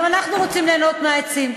גם אנחנו רוצים ליהנות מהעצים.